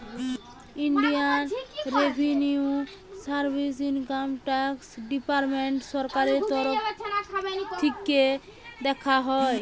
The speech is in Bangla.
Indian revenue service income tax department সরকারের তরফ থিকে দেখা হয়